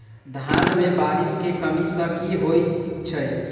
धान मे बारिश केँ कमी सँ की होइ छै?